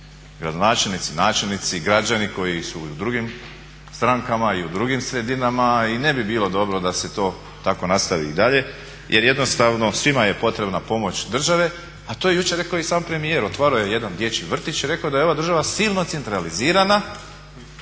gradonačelnici i načelnici i građani koji su i u drugim strankama i u drugim sredinama i ne bi bilo dobro da se to tako nastavi i dalje jer jednostavno svima je potrebna pomoć države, a to je jučer rekao i sam premijer. Otvaramo je jedan dječji vrtić i rekao da je ova država silno centralizirana